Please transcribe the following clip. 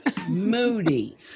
Moody